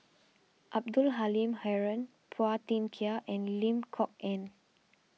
Abdul Halim Haron Phua Thin Kiay and Lim Kok Ann